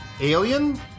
Alien